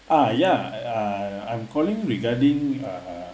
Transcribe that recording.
uh ya I I'm calling regarding uh